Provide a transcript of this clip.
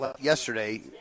yesterday